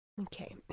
Okay